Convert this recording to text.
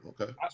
Okay